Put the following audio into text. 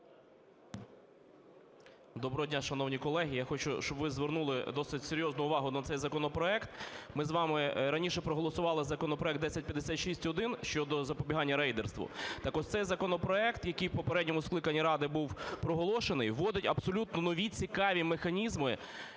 Доброго дня, шановні колеги. Я хочу, щоб ви звернули досить серйозну увагу на цей законопроект. Ми з вами раніше проголосували законопроект 1056-1 щодо запобігання рейдерству. Так ось, цей законопроект, який в попередньому скликанні Ради був проголошений, вводить абсолютно нові цікаві механізми,